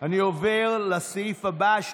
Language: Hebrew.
אני עובר לסעיף הבא,